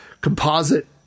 composite